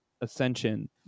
Ascension